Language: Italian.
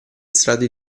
strade